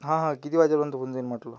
हां हां किती वाजेपर्यंत होऊन जाईन म्हटलं